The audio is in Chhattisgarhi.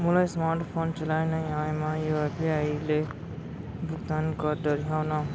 मोला स्मार्ट फोन चलाए नई आए मैं यू.पी.आई ले भुगतान कर डरिहंव न?